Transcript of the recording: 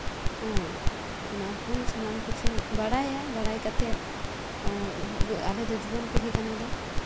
ᱦᱮᱸ ᱚᱱᱟ ᱠᱷᱚᱱ ᱥᱟᱱᱟᱢ ᱠᱤᱪᱷᱩᱧ ᱵᱟᱲᱟᱭᱟ ᱵᱟᱲᱟᱭ ᱠᱟᱛᱮᱫ ᱟᱞᱮ ᱫᱚ ᱡᱩᱣᱟᱹᱱ ᱯᱤᱲᱦᱤ ᱠᱟᱱᱟᱞᱮ